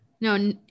no